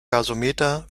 gasometer